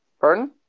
Pardon